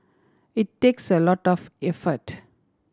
it takes a lot of effort